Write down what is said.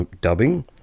dubbing